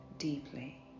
Deeply